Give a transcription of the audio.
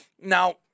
Now –